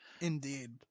Indeed